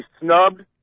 snubbed